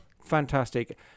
fantastic